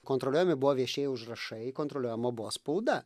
kontroliuojami buvo viešieji užrašai kontroliuojama buvo spauda